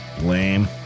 Lame